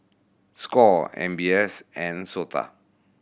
score M B S and SOTA